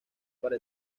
para